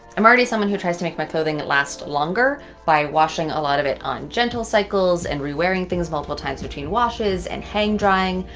i'm already someone who tries to make my clothing last longer by washing a lot of it on gentle cycles and rewearing things multiple times between washes and hang drying.